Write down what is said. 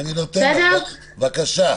בבקשה.